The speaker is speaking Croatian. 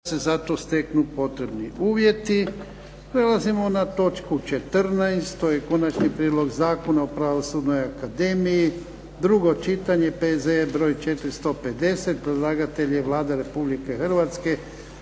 **Jarnjak, Ivan (HDZ)** Prelazimo na točku 14. - Konačni prijedlog Zakona o Pravosudnoj akademiji, drugo čitanje, P.Z.E. br. 450 Predlagatelj je Vlada Republike Hrvatske.